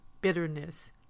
bitterness